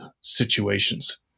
situations